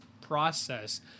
process